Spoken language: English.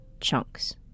chunks